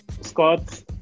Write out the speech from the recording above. Scott